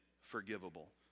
forgivable